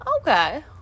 Okay